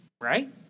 right